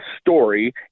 story